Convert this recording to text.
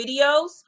videos